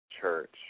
Church